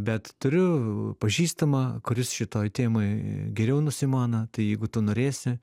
bet turiu pažįstamą kuris šitoj temoj geriau nusimona tai jeigu tu norėsi